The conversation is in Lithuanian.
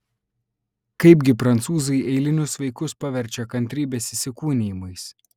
kaipgi prancūzai eilinius vaikus paverčia kantrybės įsikūnijimais